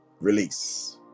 release